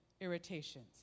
irritations